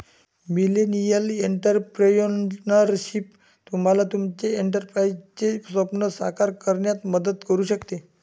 millennial entrepreneurship तुम्हाला तुमचे एंटरप्राइझचे स्वप्न साकार करण्यात मदत करू शकते